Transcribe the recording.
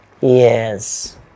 Yes